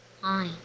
Hi